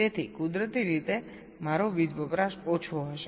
તેથી કુદરતી રીતે મારો વીજ વપરાશ ઓછો થશે